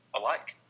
alike